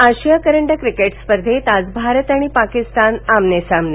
आशिया करंडक क्रिकेट स्पर्धेत आज भारत आणि पाकिस्तान आमने सामने